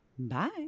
Bye